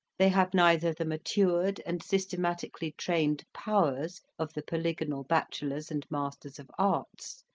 they have neither the matured and systematically trained powers of the polygonal bachelors and masters of arts,